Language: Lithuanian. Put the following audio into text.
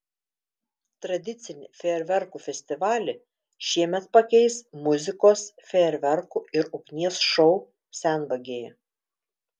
tradicinį fejerverkų festivalį šiemet pakeis muzikos fejerverkų ir ugnies šou senvagėje